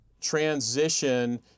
Transition